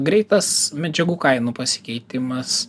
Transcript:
greitas medžiagų kainų pasikeitimas